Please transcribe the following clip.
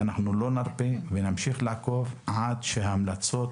ואנחנו לא נרפה ונמשיך לעקוב עד שההמלצות